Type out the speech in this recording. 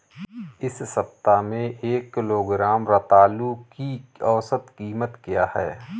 इस सप्ताह में एक किलोग्राम रतालू की औसत कीमत क्या है?